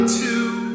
two